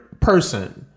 person